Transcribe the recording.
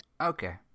Okay